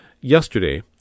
yesterday